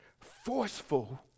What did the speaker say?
forceful